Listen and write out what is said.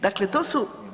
Dakle, to su.